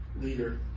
Leader